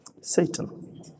Satan